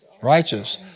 Righteous